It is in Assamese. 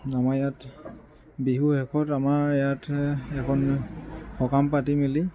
আমাৰ ইয়াত বিহুৰ শেষত আমাৰ ইয়াত এখন সকাম পাতি মেলি